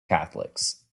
catholics